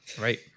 Right